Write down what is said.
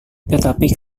tetapi